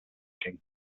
page